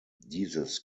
dieses